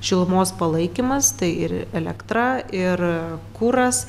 šilumos palaikymas tai ir elektra ir kuras